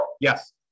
Yes